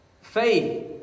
Faith